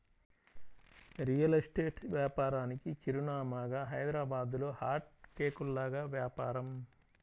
real estate వ్యాపారానికి చిరునామాగా హైదరాబాద్లో హాట్ కేకుల్లాగా వ్యాపారం